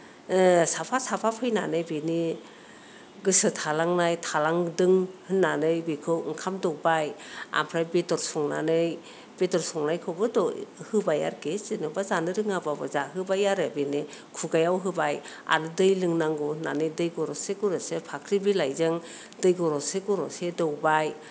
साफा साफा फैनानै बेनि गोसो थालांनाय थांलांदों होननानै बेखौ ओंखाम दौबाय ओमफ्राय बेदर संनानै बेदर संनायखौबो होबाय आरोखि जेनेबा जानो रोङाबाबो जाहोबाय आरो बेनो खुगायाव होबाय आरो दै लोंनांगौ होननानै दै गरदसे गरदसे फाख्रि बिलाइजों दै गरदसे गरदसे दौबाय